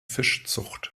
fischzucht